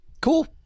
Cool